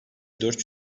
dört